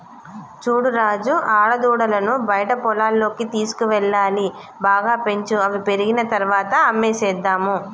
చూడు రాజు ఆడదూడలను బయట పొలాల్లోకి తీసుకువెళ్లాలి బాగా పెంచు అవి పెరిగిన తర్వాత అమ్మేసేద్దాము